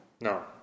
No